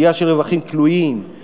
גבייה של רווחים כלואים,